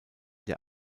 der